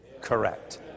correct